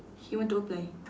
he want to apply